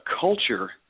culture